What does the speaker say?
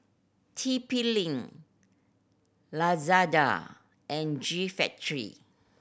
T P Link Lazada and G Factory